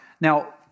Now